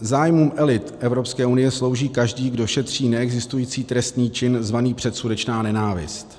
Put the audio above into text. Zájmům elit Evropské unie slouží každý, kdo šetří neexistující trestný čin zvaný předsudečná nenávist.